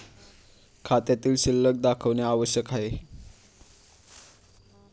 खात्यातील शिल्लक दाखवणे आवश्यक आहे का?